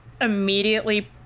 immediately